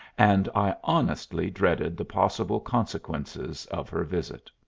and i honestly dreaded the possible consequences of her visit.